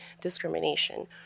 discrimination